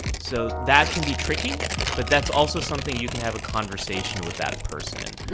so that can be tricky but that's also something you can have a conversation with that person.